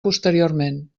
posteriorment